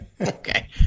Okay